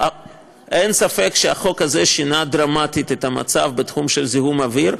אין ספק שהחוק הזה שינה דרמטית את המצב בתחום של זיהום האוויר.